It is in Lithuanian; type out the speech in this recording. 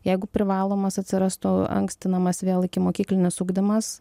jeigu privalomas atsirastų ankstinamas vėl ikimokyklinis ugdymas